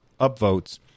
upvotes